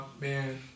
man